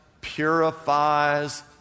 purifies